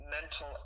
mental